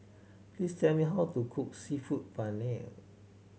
please tell me how to cook Seafood Paella